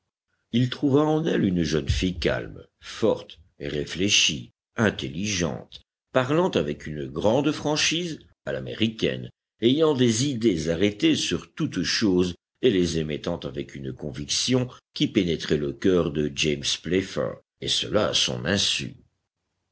il trouva en elle une jeune fille calme forte réfléchie intelligente parlant avec une grande franchise à l'américaine ayant des idées arrêtées sur toutes choses et les émettant avec une conviction qui pénétrait le cœur de james playfair et cela à son insu